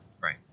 Right